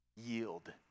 yield